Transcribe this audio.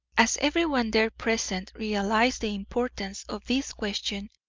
as everyone there present realised the importance of this question,